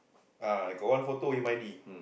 ah I got one photo in my D